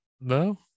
no